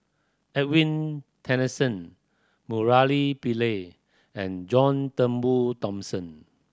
Edwin Tessensohn Murali Pillai and John Turnbull Thomson